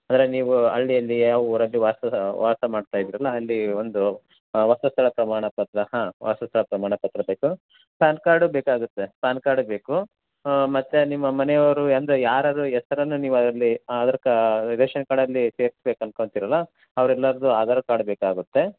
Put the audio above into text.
ಅಂದರೆ ನೀವು ಹಳ್ಳಿಯಲ್ಲಿ ಯಾವ ಊರಲ್ಲಿ ವಾಸ ಸ ವಾಸ ಮಾಡ್ತಯಿದ್ದರಲ್ಲ ಅಲ್ಲಿ ಒಂದು ವಾಸಸ್ಥಳ ಪ್ರಮಾಣಪತ್ರ ಹಾಂ ವಾಸಸ್ಥಳ ಪ್ರಮಾಣಪತ್ರ ಬೇಕು ಪ್ಯಾನ್ ಕಾರ್ಡು ಬೇಕಾಗುತ್ತೆ ಪ್ಯಾನ್ ಕಾರ್ಡು ಬೇಕು ಮತ್ತೆ ನಿಮ್ಮ ಮನೆಯವರು ಎಂದು ಯಾರಾರು ಹೆಸ್ರನ್ನ ನೀವು ಅದರಲ್ಲಿ ಆಧಾರ್ ಕಾ ರೇಷನ್ ಕಾರ್ಡಲ್ಲಿ ಸೇರ್ಸ್ಬೇಕು ಅಂದ್ಕೊಂತಿರಲ್ಲ ಅವ್ರು ಎಲ್ಲರದ್ದು ಆಧಾರ್ ಕಾರ್ಡ್ ಬೇಕಾಗುತ್ತೆ